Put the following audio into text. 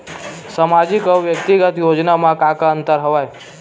सामाजिक अउ व्यक्तिगत योजना म का का अंतर हवय?